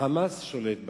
ה"חמאס" שולט בשטח,